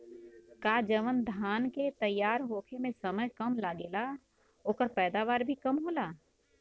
का जवन धान के तैयार होखे में समय कम लागेला ओकर पैदवार भी कम होला?